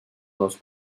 nos